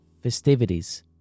festivities